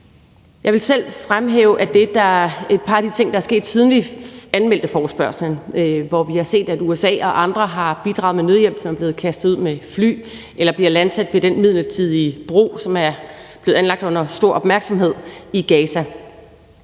Jeg vil selv fremhæve et par af de ting, der er sket, siden vi anmeldte forespørgslen. Vi har set, at USA og andre har bidraget med nødhjælp, som er blevet kastet ud fra fly eller bliver landsat ved den midlertidige bro, som er blevet anlagt under stor opmærksomhed i Gaza.